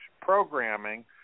programming